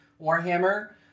warhammer